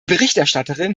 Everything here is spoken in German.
berichterstatterin